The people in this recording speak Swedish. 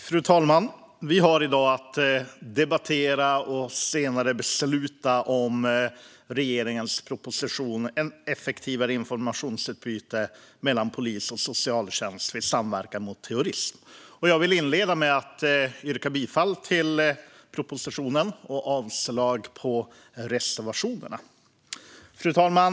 Fru talman! Vi debatterar i dag och ska senare besluta om regeringens proposition Ett effektivare informationsutbyte mellan polis och socialtjänst vid samverkan mot terrorism . Jag vill inleda med att yrka bifall till förslaget i propositionen och avslag på reservationerna. Fru talman!